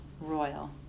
Royal